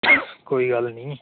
कोई गल्ल निं